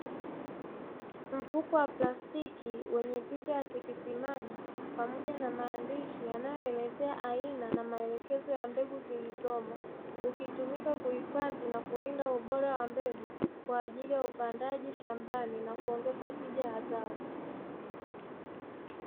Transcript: Mfuko wa plastiki wenye picha ya tikiti maji pamoja na maandishi, yanayoelezea aina na maelekezo ya mbegu zilizomo, ukitumika kuhifadhi na kulinda ubora wa mbegu kwa ajili ya upandaji shambani na kuongeza tija ya zao.